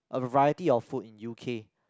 a variety of food in U_K